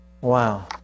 Wow